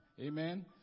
Amen